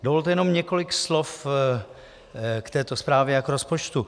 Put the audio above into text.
Dovolte jenom několik slov k této zprávě a k rozpočtu.